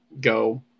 go